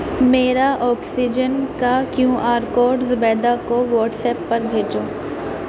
میرا آکسیجن کا Q R code Zubaida کو واٹس ایپ پر بھیجو